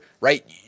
right